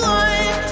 one